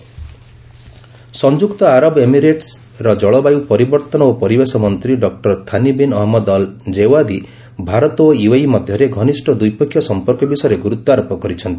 India UAE ସଂଯୁକ୍ତ ଆରବ ଏମିରେଟ୍ର କଳବାୟୁ ପରିବର୍ତ୍ତନ ଓ ପରିବେଶ ମନ୍ତ୍ରୀ doctor Thani bin Ahmed Al Zeyoudi Bharat ଓ ୟୁଏଇ ମଧ୍ୟରେ ଘନିଷ୍ଠ ଦ୍ୱିପକ୍ଷୀୟ ସଂପର୍କ ବିଷୟରେ ଗୁରୁତ୍ୱାରୋପ କରିଛନ୍ତି